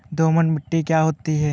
दोमट मिट्टी क्या होती हैं?